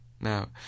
Now